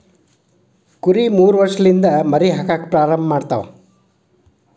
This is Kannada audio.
ಕುರಿ ಮೂರ ವರ್ಷಲಿಂದ ಮರಿ ಹಾಕಾಕ ಪ್ರಾರಂಭ ಮಾಡತಾವ